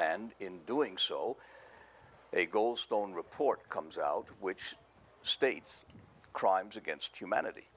and in doing so a goldstone report comes out which states crimes against humanity